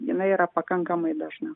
jinai yra pakankamai dažna